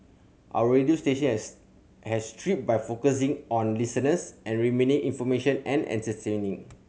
our radio station has has thrived by focusing on listeners and remaining information and entertaining